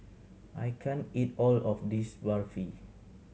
I can't eat all of this Barfi